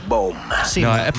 Boom